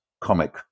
comic